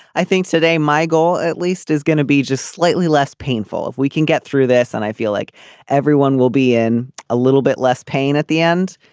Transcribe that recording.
i think today my goal at least is going to be just slightly less painful if we can get through this and i feel like everyone will be in a little bit less pain at the end.